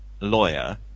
lawyer